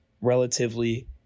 relatively